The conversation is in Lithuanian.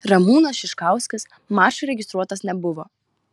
ramūnas šiškauskas mačui registruotas nebuvo